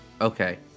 Okay